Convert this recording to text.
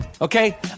okay